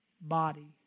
body